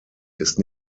ist